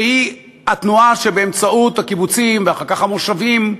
שהיא התנועה שבאמצעות הקיבוצים ואחר כך המושבים,